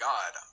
God